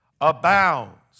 abounds